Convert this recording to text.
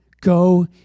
Go